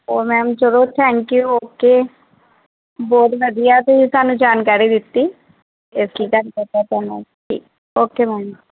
ਓ ma'am ਚੱਲੋ thank you okay ਬਹੁਤ ਵਧੀਆ ਤੁਸੀਂ ਸਾਨੂੰ ਜਾਣਕਾਰੀ ਦਿੱਤੀ ਜੀ ਓਕੇ ਮੈਮ